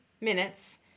minutes